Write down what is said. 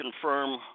confirm